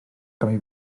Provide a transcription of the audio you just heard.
camí